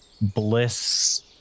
bliss